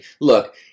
Look